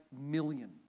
million